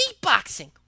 beatboxing